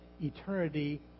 eternity